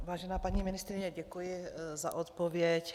Vážená paní ministryně, děkuji za odpověď.